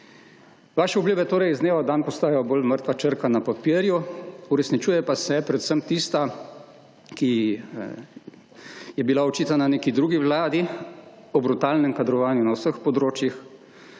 Vaše obljube torej iz dneva v dan postajajo bolj mrtva črka na papirju, uresničuje pa se predvsem tista, ki je bila očitana neki drugi vladi, o brutalnem kadrovanju na vseh področjih,